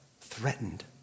threatened